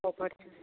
offer